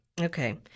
okay